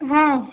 ହଁ